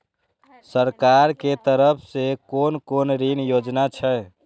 सरकार के तरफ से कोन कोन ऋण योजना छै?